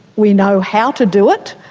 we know how to do it,